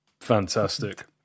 Fantastic